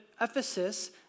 Ephesus